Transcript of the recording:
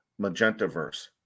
Magentaverse